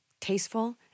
tasteful